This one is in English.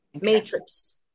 matrix